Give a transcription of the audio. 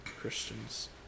Christians